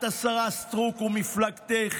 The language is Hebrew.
את, השרה סטרוק, ומפלגתך,